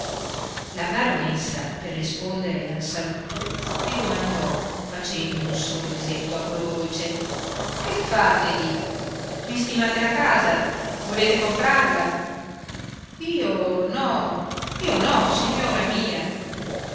la baronessa per rispondere al saluto gli domandò facendo un sorrisetto agrodolce che fate lì i stimate la casa volete comprarla io no io no signora mia